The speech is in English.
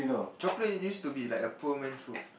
chocolate used to be like a poor man's food